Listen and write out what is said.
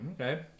okay